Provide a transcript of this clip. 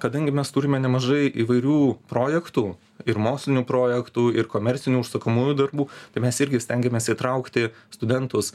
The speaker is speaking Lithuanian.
kadangi mes turime nemažai įvairių projektų ir mokslinių projektų ir komercinių užsakomųjų darbų tai mes irgi stengiamės įtraukti studentus